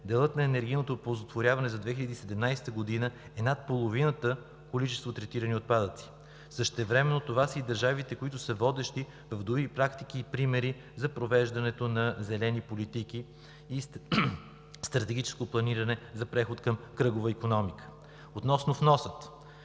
делът на енергийното оползотворяване за 2017 г. е над половината количество третирани отпадъци. Същевременно това са и държавите, които са водещи в други практики и примери за провеждане на зелени политики и стратегическо планиране за преход към кръгова икономика. Относно вноса.